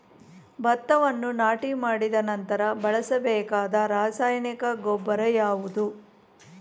ಭತ್ತವನ್ನು ನಾಟಿ ಮಾಡಿದ ನಂತರ ಬಳಸಬೇಕಾದ ರಾಸಾಯನಿಕ ಗೊಬ್ಬರ ಯಾವುದು?